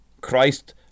Christ